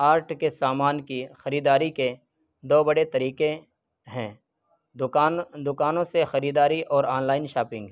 art کے سامان کی خریداری کے دو بڑے طریقے ہیں دکان دکانوں سے خریداری اور آن لائن شاپنگ